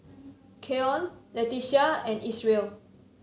Keon Leticia and Isreal